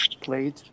played